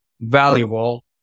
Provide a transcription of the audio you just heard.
valuable